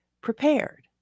prepared